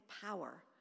power